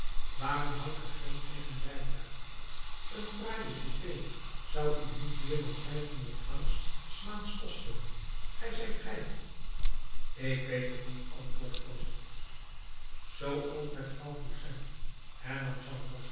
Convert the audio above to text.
waarom houdt ge geen eigen rijtuig een fraaie coupé zou u niet meer dan vijfhonderd francs s maands kosten gij zijt rijk ik weet het niet antwoordde cosette zoo ook met vrouw toussaint hernam